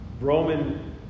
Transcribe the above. Roman